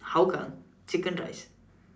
Hougang chicken rice